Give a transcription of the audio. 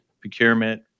procurement